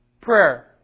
Prayer